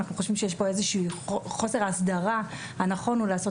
אנחנו חושבים שיש כאן איזשהו חוסר הסדרה וכי הנכון הוא לעשות